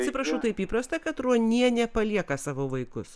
atsiprašau taip įprasta kad ruonienė palieka savo vaikus